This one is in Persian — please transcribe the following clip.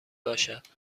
باشد